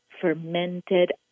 fermented